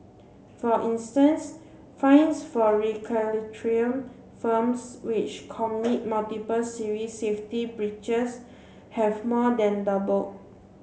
for instance fines for firms which commit multiple serious safety breaches have more than double